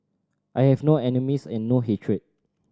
I have no enemies and no hatred